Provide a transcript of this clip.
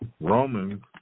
Romans